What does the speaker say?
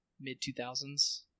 mid-2000s